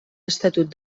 estatut